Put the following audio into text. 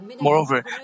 Moreover